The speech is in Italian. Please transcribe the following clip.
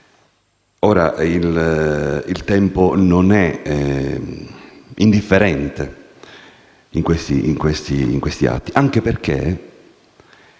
2015: il tempo non è indifferente in questi atti, anche perché